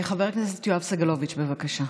חבר הכנסת יואב סגלוביץ', בבקשה.